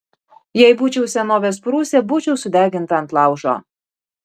jei būčiau senovės prūsė būčiau sudeginta ant laužo